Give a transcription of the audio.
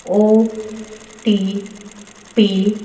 OTP